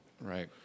Right